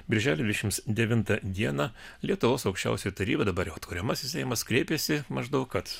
birželio dvidešimt devintą dieną lietuvos aukščiausioji taryba dabar jau atkuriamasis seimas kreipėsi maždaug kad